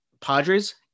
Padres